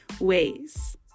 ways